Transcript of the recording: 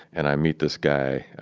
and i meet this guy.